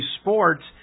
sports